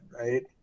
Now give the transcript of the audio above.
right